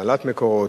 הנהלת "מקורות",